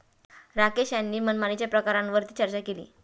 राकेश यांनी मनमानीच्या प्रकारांवर चर्चा केली